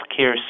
healthcare